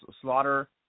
Slaughter